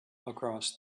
across